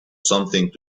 something